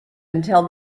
until